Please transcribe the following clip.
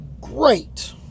great